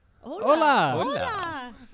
hola